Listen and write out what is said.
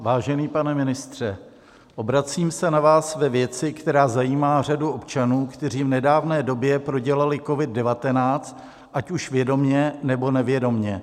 Vážený pane ministře, obracím se na vás ve věci, která zajímá řadu občanů, kteří v nedávné době prodělali COVID19, ať už vědomě, nebo nevědomě.